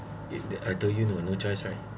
in the I told you no no choice right